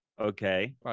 Okay